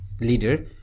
leader